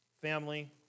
family